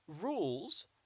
rules